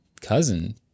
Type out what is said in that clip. cousin